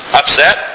upset